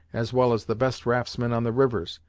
as well as the best raftsmen on the rivers,